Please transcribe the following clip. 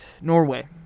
Norway